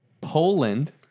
Poland